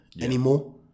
anymore